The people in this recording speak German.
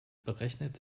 berechnet